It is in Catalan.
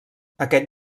aquest